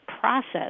process